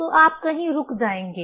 तो आप कहीं रुक जाएंगे